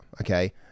okay